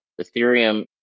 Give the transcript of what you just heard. Ethereum